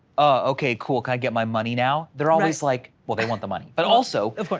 okay, cool, can i get my money now? they're always like, well, they want the money. but also, of course,